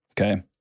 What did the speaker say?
Okay